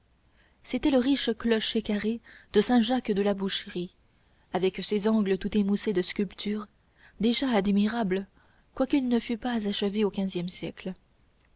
c'était le riche clocher carré de saint jacques de la boucherie avec ses angles tout émoussés de sculptures déjà admirable quoiqu'il ne fût pas achevé au quinzième siècle